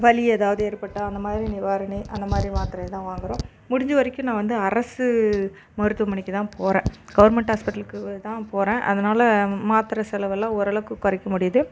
வலி ஏதாவது ஏற்பட்டால் அந்தமாதிரி நிவாரணி அந்தமாதிரி மாத்திரை தான் வாங்குறோம் முடிஞ்ச வரைக்கு நான் வந்து அரசு மருத்துவமனைக்கு தான் போகறேன் கவர்ன்மென்ட் ஹாஸ்பிட்டல்லுக்கு தான் போகறேன் அதனால் மாத்திரை செலவுலாம் ஓரளவுக்கு குறைக்க முடியுது